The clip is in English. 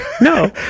no